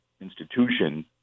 institution